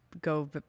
go